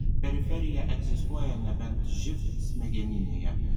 periferija egzistuoja nebent živ smegeninėje